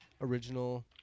original